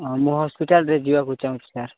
ହଁ ମୁଁ ହସ୍ପିଟାଲ୍ରେ ଯିବାକୁ ଚାହୁଁଛି ସାର୍